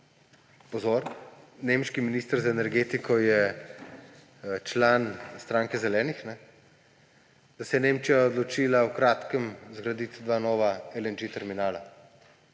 pozor, nemški minister za energetiko je član stranke Zelenih, Nemčija se je odločila v kratkem zgraditi dva nova LNG terminala.